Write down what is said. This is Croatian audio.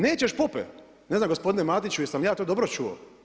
Nećeš pope“ ne znam gospodine Matiću jesam li ja to dobro čuo?